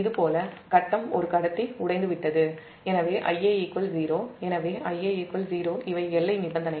இது போல ஃபேஸ் ஒரு கடத்தி உடைந்துவிட்டது எனவே Ia 0 இவை எல்லை நிபந்தனைகள்